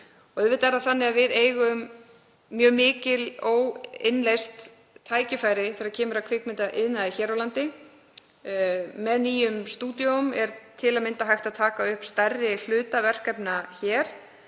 eru. Auðvitað eigum við mjög mikil óinnleyst tækifæri þegar kemur að kvikmyndaiðnaði hér á landi. Með nýjum stúdíóum er til að mynda hægt að taka upp stærri hluta verkefna hér.